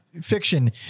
fiction